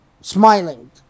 smiling